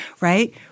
right